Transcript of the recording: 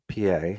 PA